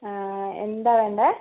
എന്താണ് വേണ്ടത്